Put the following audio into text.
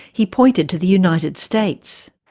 he pointed to the united states.